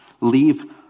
leave